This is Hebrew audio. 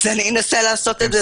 אז אנסה לעשות את זה בקצרה.